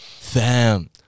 Fam